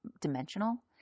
dimensional